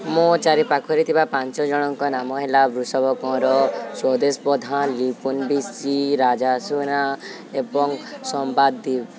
ମୋ ଚାରିପାଖରେ ଥିବା ପାଞ୍ଚ ଜଣଙ୍କ ନାମ ହେଲା ବୃସଭ କଅଁର ସ୍ୱଦେଶ ପ୍ରଧା ଲିପୁନ ବିଶି ରାଜା ସୁନା ଏବଂ ସମ୍ବାଦୀପ